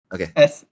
Okay